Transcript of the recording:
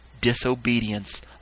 disobedience